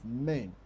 men